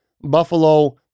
Buffalo